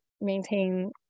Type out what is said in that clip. maintain